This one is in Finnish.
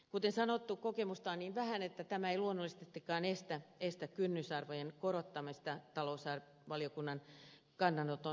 kuten sanottu kokemusta on niin vähän että tämä ei luonnollisestikaan estä kynnysarvojen korottamista talousvaliokunnan kannanoton mukaisesti